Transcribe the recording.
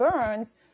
Burns